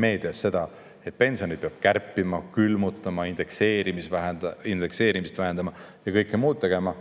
meedias, et pensione peab kärpima, need külmutama, indekseerimist vähendama ja kõike muud tegema,